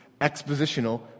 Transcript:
expositional